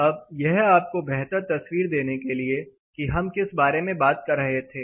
अब यह आपको बेहतर तस्वीर देने के लिए कि हम किस बारे में बात कर रहे थे